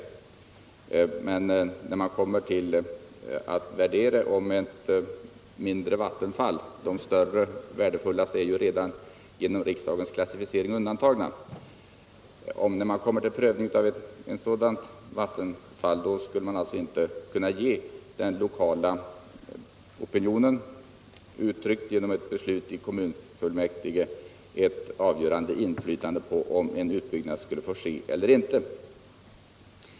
Men när det gäller att värdera ett mindre vattenfall — de större och värdefullaste är ju genom riksdagens klassificering redan undantagna — skall man alltså inte kunna ge den lokala opinionen, uttryckt genom ett beslut i kommunfullmäktige, ett avgörande inflytande på om en utbyggnad skall få ske.